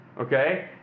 okay